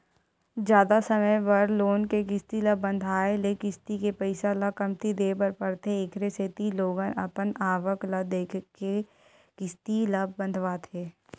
जादा समे बर लोन के किस्ती ल बंधाए ले किस्ती के पइसा ल कमती देय बर परथे एखरे सेती लोगन अपन आवक ल देखके किस्ती ल बंधवाथे